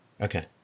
okay